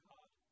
God